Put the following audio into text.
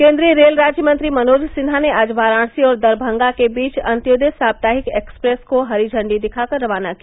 केन्द्रीय रेल राज्य मंत्री मनोज सिन्हा ने आज वाराणसी और दरमंगा के बीच अन्त्योदय साप्ताहिक एक्सप्रेस को हरी झंडी दिखाकर रवाना किया